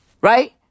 Right